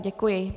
Děkuji.